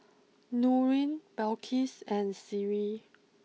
Nurin Balqis and Sri